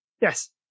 Yes